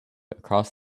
across